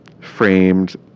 framed